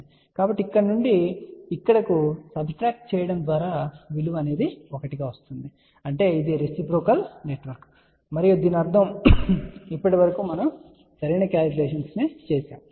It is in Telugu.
కాబట్టి ఇక్కడ నుండి ఇక్కడకు సబ్ట్రాక్ట్ చేయడం ద్వారా ఈ విలువ 1 గా వస్తుంది అంటే ఇది ఒక రెసిప్రోకల్ నెట్వర్క్ మరియు దీని అర్థం ఇప్పటివరకు మనము సరైన కాలిక్యులేషన్స్ ను చేసాము